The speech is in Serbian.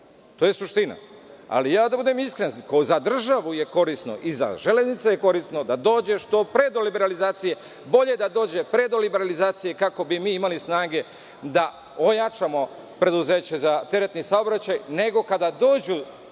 to je suština. Da budem iskren, za državu je korisno i za železnice je korisno da dođe što pre do liberalizacije, bolje da dođe pre do liberalizacije, kako bi mi imali snage da ojačamo preduzeće za teretni saobraćaj, nego kada dođu